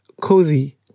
Cozy